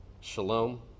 shalom